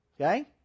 okay